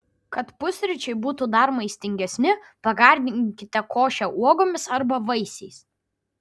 kad pusryčiai būtų dar maistingesni pagardinkite košę uogomis arba vaisiais